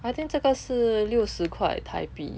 I think 这个是六十块台币